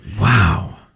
Wow